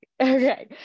Okay